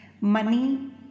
money